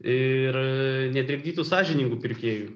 ir netrikdytų sąžiningų pirkėjų